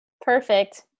Perfect